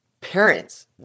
parents